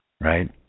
right